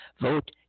Vote